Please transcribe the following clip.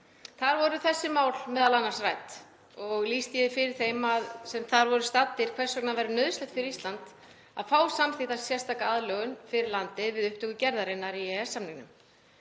Þar voru þessi mál m.a. rædd og lýsti ég fyrir þeim sem þar voru staddir hvers vegna væri nauðsynlegt fyrir Ísland að fá samþykkta sérstaka aðlögun fyrir landið við upptöku gerðarinnar í EES-samninginn.